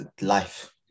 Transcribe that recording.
Life